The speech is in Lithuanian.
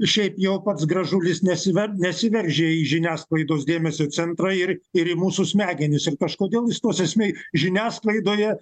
šiaip jau pats gražulis nesiver nesiveržia į žiniasklaidos dėmesio centrą ir ir į mūsų smegenis ir kažkodėl jis tose smei žiniasklaidoje